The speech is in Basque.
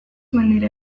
mendira